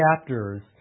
chapters